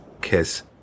kiss